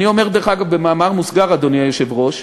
אני אומר, דרך אגב, במאמר מוסגר, אדוני היושב-ראש,